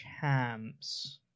champs